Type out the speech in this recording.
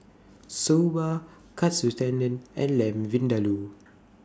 Soba Katsu Tendon and Lamb Vindaloo